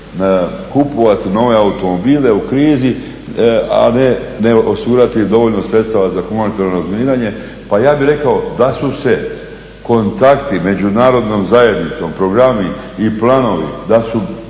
Kupovati nove automobile u krizi, a ne osigurati dovoljno sredstva za humanitarno razminiranje. Pa ja bih rekao da su se kontakti međunarodnom zajednicom, programi i planovi, da su